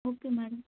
okay madam